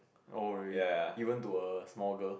oh really even to a small girl